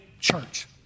church